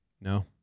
No